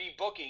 rebooking